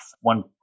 One